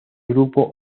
grupo